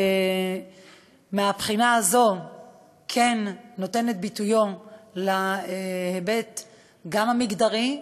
מהבחינה הזאת לתת ביטוי גם להיבט המגדרי,